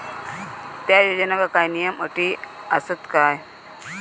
त्या योजनांका काय नियम आणि अटी आसत काय?